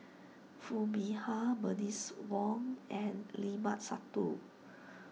Foo Mee Har Bernice Wong and Limat Sabtu